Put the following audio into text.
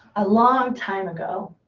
a long time ago,